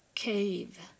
cave